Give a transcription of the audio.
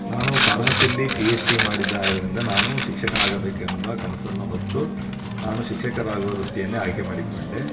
ನಾನು ಫಾರ್ಮಸಿಯಲ್ಲಿ P H D ಮಾಡಿದಾಗಲಿಂದ ನಾನು ಶಿಕ್ಷಕನಾಗಬೇಕೆಂಬ ಕನಸನ್ನು ಹೊತ್ತು ನಾನು ಶಿಕ್ಷಕರಾಗುವ ವೃತ್ತಿಯನ್ನೇ ಆಯ್ಕೆಮಾಡಿಕೊಂಡೆ